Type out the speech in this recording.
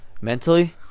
mentally